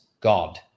god